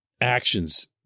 actions